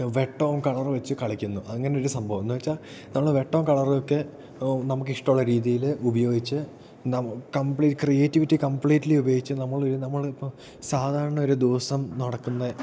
വെട്ടവും കളറും വെച്ച് കളിക്കുന്നു അങ്ങനെ ഒരു സംഭവം എന്ന് വെച്ചാൽ നമ്മൾ വെട്ടവും കളറൊക്കെ നമുക്കിഷ്ടം ഉള്ള രീതിയിൽ ഉപയോഗിച്ച് കംപ്ലീ ക്രിയേറ്റിവിറ്റി കംപ്ലീറ്റ്ലി ഉപയോഗിച്ച് നമ്മൾ ഒരു നമ്മളിപ്പം സാധാരണ ഒരു ദിവസം നടക്കുന്ന